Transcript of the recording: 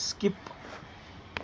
skip